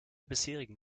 bisherigen